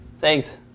Thanks